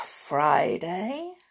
Friday